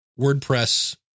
WordPress